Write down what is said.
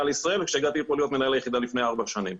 לישראל וכשהגעתי לפה להיות מנהל היחידה לפני ארבע שנים.